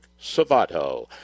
Savato